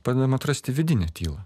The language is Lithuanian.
padedam atrasti vidinę tylą